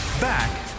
Back